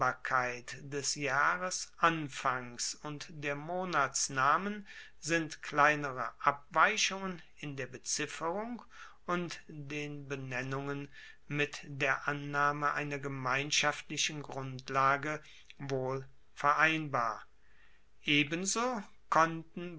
des jahresanfangs und der monatsnamen sind kleinere abweichungen in der bezifferung und den benennungen mit der annahme einer gemeinschaftlichen grundlage wohl vereinbar ebenso konnten